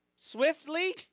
swiftly